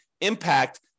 impact